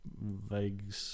vague